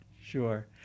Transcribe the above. sure